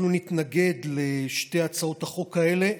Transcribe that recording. אנחנו נתנגד לשתי הצעות החוק האלה,